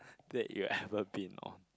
date you've ever been on